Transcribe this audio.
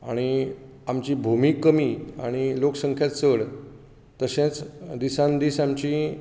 आनी आमची भुमी कमी आनी लोकसंख्या चड तशेंच दिसान दीस आमची